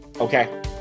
Okay